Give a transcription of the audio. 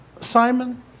Simon